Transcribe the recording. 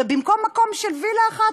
ובמקום של וילה אחת,